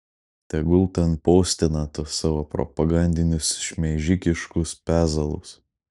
tegul ten postina tuos savo propagandinius šmeižikiškus pezalus